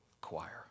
Choir